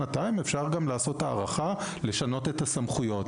שנתיים אפשר גם לעשות הערכה לשנות את הסמכויות.